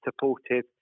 supportive